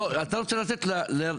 לא, אתה רוצה לתת לרשות,